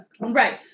Right